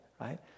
right